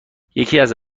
یعنی